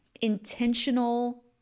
intentional